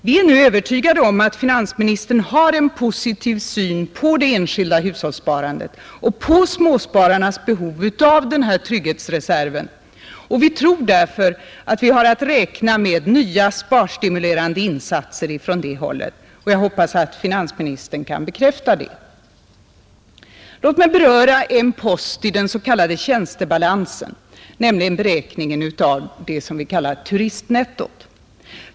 Vi är nu övertygade om att finansministern har en positiv syn på det enskilda hushållssparandet och på småspararnas behov av den här trygghetsreserven. Vi tror därför att vi har att räkna med nya sparstimulerande insatser från det hållet. Jag hoppas att finansministern kan bekräfta det. Låt mig beröra en post i den s.k. tjänstebalansen, nämligen beräkningen av det vi kallar turistnettot.